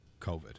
COVID